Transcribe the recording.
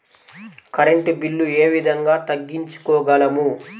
Current bill ఏ విధంగా తగ్గించుకోగలము?